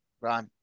right